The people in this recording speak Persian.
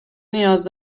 نیاز